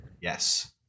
Yes